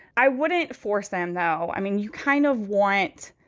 i wouldn't force them, though. i mean, you kind of want.